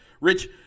Rich